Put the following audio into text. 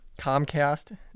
Comcast